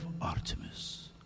Artemis